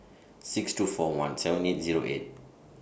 six two four one seven eight Zero eight